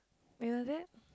when was that